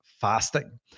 fasting